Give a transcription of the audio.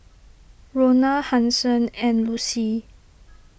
Rona Hanson and Lucy